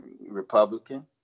Republican